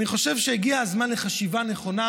אני חושב שהגיע הזמן לחשיבה נכונה: